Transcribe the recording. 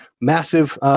massive